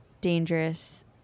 dangerous